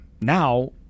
now